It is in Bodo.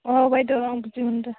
अ बायद' आं बुजि मोनदों